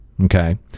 okay